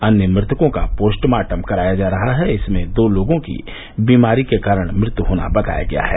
अन्य मृतकों का पोस्टमार्टम कराया जा रहा है इसमें दो लोगों की बीमारी के कारण मृत्यु होना बताया गया है